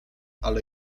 ale